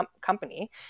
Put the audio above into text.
company